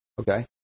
Okay